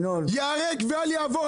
ייהרג ואל יעבור.